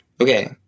Okay